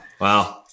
Wow